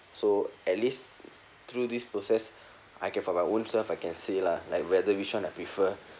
so at least through this process I can for my own self I can say lah like whether which one I prefer